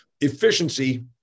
Efficiency